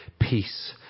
peace